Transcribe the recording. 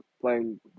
playing